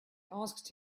asked